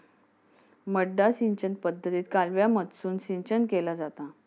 मड्डा सिंचन पद्धतीत कालव्यामधसून सिंचन केला जाता